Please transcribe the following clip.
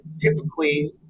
typically